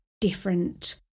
different